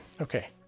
Okay